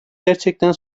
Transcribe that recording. gerçekten